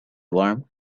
warm